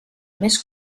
més